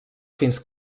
fins